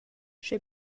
sche